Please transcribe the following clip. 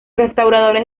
restauradores